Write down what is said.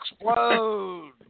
explode